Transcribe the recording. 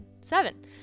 Seven